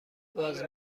باز